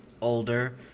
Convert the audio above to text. older